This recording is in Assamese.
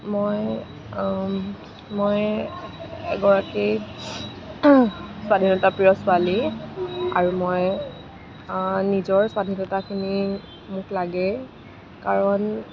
মই মই এগৰাকী স্বাধীনতা প্ৰিয় ছোৱালী আৰু মই নিজৰ স্বাধীনতাখিনি মোক লাগে কাৰণ